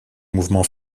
mouvements